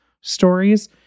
stories